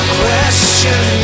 question